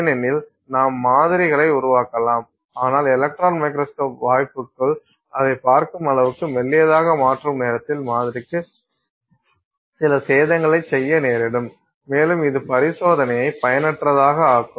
ஏனெனில் நாம் மாதிரிகளை உருவாக்கலாம் ஆனால் எலக்ட்ரான் மைக்ரோஸ்கோபி வாய்ப்புகளுக்குள் அதைப் பார்க்கும் அளவுக்கு மெல்லியதாக மாற்றும் நேரத்தில் மாதிரிக்கு சில சேதங்களைச் செய்ய நேரிடும் மேலும் இது பரிசோதனையை பயனற்றதாக ஆக்கும்